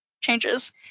changes